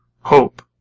hope